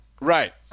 Right